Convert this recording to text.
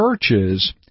churches